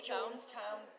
Jonestown